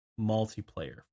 multiplayer